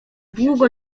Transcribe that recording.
długo